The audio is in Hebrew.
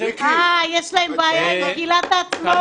להסתייגויות 1 8 ו-10 83 של סיעת יש עתיד.